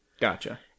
Gotcha